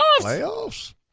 Playoffs